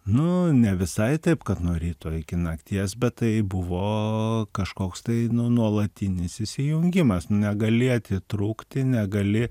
nu ne visai taip kad nuo ryto iki nakties bet tai buvo kažkoks tai nu nuolatinis įsijungimas nu negali atitrūkti negali